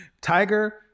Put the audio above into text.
Tiger